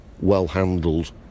well-handled